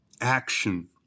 action